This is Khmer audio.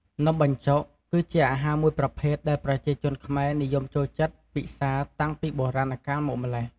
នំបញ្ចុកគឺជាអាហារមួយប្រភេទដែលប្រជាជនខ្មែរនិយមចូលចិត្តពិសាតាំងពីបុរាណកាលមកម្ល៉េះ។